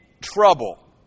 trouble